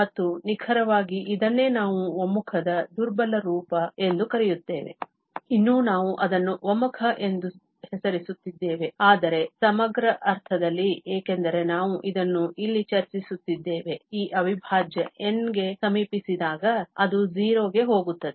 ಮತ್ತು ನಿಖರವಾಗಿ ಇದನ್ನೇ ನಾವು ಒಮ್ಮುಖದ ದುರ್ಬಲ ರೂಪ ಎಂದು ಕರೆಯುತ್ತೇವೆ ಇನ್ನೂ ನಾವು ಅದನ್ನು ಒಮ್ಮುಖ ಎಂದು ಹೆಸರಿಸುತ್ತಿದ್ದೇವೆ ಆದರೆ ಸಮಗ್ರ ಅರ್ಥದಲ್ಲಿ ಏಕೆಂದರೆ ನಾವು ಇದನ್ನು ಇಲ್ಲಿ ಚರ್ಚಿಸುತ್ತಿದ್ದೇವೆ ಈ ಅವಿಭಾಜ್ಯ n ಗೆ ಸಮೀಪಿಸಿದಾಗ ಅದು 0 ಗೆ ಹೋಗುತ್ತದೆ